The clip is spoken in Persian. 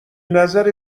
نظر